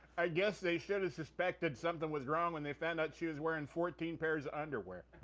i guess they should have suspected something was wrong when they found out she was wearing fourteen pairs of underwear.